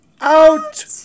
out